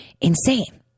insane